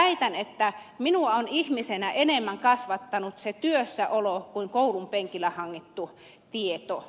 väitän että minua on ihmisenä enemmän kasvattanut se työssä olo kuin koulun penkillä hankittu tieto